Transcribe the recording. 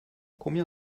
combien